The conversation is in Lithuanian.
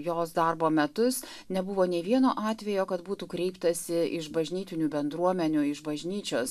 jos darbo metus nebuvo nei vieno atvejo kad būtų kreiptasi iš bažnytinių bendruomenių iš bažnyčios